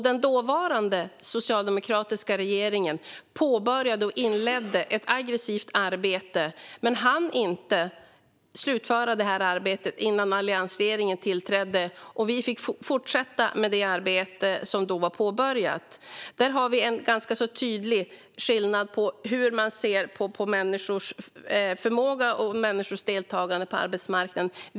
Den dåvarande socialdemokratiska regeringen påbörjade ett aggressivt arbete men hann inte slutföra det innan alliansregeringen tillträdde. Vi fick fortsätta med det arbete som då var påbörjat. Här har vi en ganska tydlig skillnad i fråga om hur man ser på människors förmåga och deltagande på arbetsmarknaden.